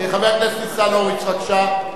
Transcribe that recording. חבר הכנסת ניצן הורוביץ, בבקשה.